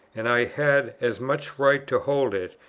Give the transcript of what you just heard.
and i had as much right to hold it,